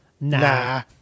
Nah